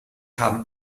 haben